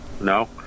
No